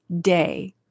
day